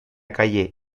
calle